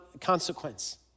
consequence